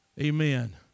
Amen